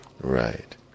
Right